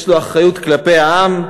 יש לו אחריות כלפי העם,